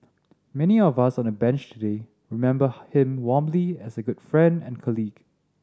many of us on the Bench today remember him warmly as a good friend and colleague